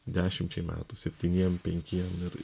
dešimčiai metų septyniem penkiem ir